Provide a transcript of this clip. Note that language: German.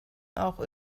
auch